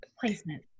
placement